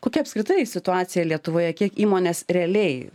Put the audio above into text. kokia apskritai situacija lietuvoje kiek įmonės realiai